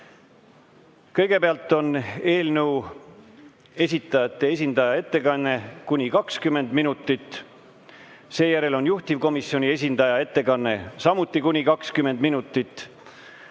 Kõigepealt on eelnõu esitajate esindaja ettekanne kuni 20 minutit. Seejärel on juhtivkomisjoni esindaja ettekanne samuti kuni 20 minutit